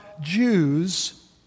Jews